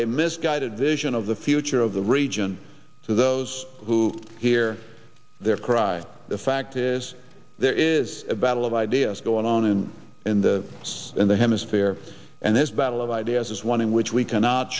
a misguided vision of the future of the region to those who hear their cry the fact is there is a battle of ideas going on in in the us in the hemisphere and this battle of ideas is one in which we cannot